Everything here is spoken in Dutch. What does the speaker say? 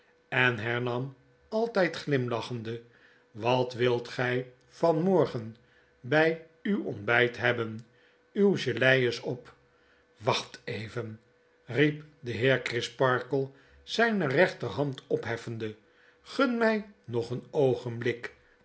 en hernam altgd glimlachende wat wilt gg van morgen bg uw ontbijt hebben uw gelei is op wacht even riep de heer crisparkle zgne rechterhand opheffende gun mg nog een oogenbiikl